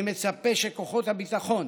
אני מצפה שכוחות הביטחון